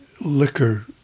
liquor